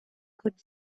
could